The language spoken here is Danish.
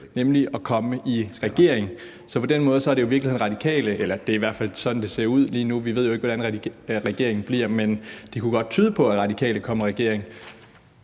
nemlig at komme i regering, eller det er i hvert fald sådan, det ser ud lige nu. Vi ved jo ikke, hvordan regeringen bliver, men det kunne godt tyde på, at Radikale kommer i regering.